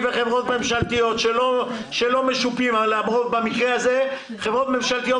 וההפרש בין הימים שיש להפחיתם ובין הימים העומדים לרשותו,